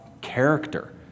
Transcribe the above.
character